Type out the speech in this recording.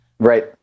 Right